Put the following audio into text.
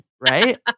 right